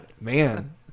Man